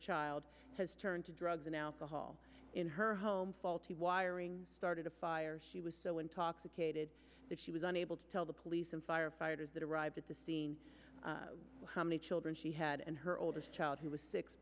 child has turned to drugs and alcohol in her home faulty wiring started a fire she was so intoxicated that she was unable to tell the police and firefighters that arrived at the scene how many children she had and her oldest child who was six